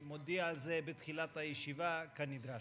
אני מודיע על זה בתחילת הישיבה, כנדרש.